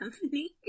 company